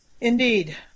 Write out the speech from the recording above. Indeed